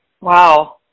Wow